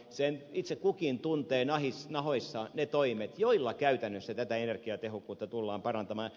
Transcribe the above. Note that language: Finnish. sen itse kukin tuntee nahoissaan ne toimet joilla käytännössä tätä energiatehokkuutta tullaan parantamaan